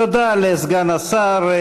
תודה לסגן השר.